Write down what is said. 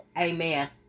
Amen